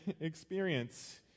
experience